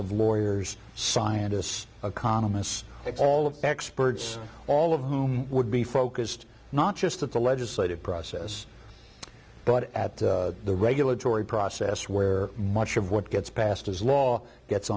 of lawyers scientists economists it's all of the experts all of whom would be focused not just at the legislative process but at the regulatory process where much of what gets passed as law gets